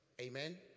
Amen